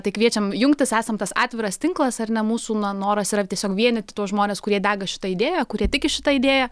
tai kviečiam jungtis esam tas atviras tinklas ar ne mūsų na noras yra tiesiog vienyti tuos žmones kurie dega šita idėja kurie tiki šita idėja